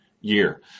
year